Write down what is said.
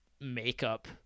makeup